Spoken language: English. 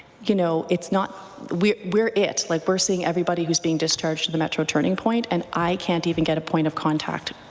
you know it's not we're we're it. like we're seeing everybody who is being discharged from the metro turning point. and i can't even get a point of contact.